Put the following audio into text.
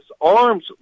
arms